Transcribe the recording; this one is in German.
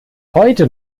heute